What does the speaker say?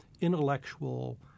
intellectual